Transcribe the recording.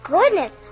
Goodness